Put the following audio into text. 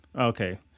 okay